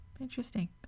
Interesting